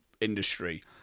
industry